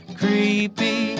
creepy